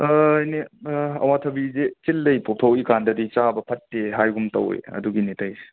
ꯏꯅꯦ ꯑꯋꯥꯊꯕꯤꯁꯦ ꯆꯤꯜ ꯂꯩ ꯄꯣꯛꯊꯣꯛꯏꯀꯥꯟꯗꯗꯤ ꯆꯥꯕ ꯐꯠꯇꯦ ꯍꯥꯏꯒꯨꯝ ꯇꯧꯏ ꯑꯗꯨꯒꯨꯅꯤ ꯇꯧꯔꯤꯁꯦ